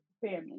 family